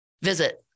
visit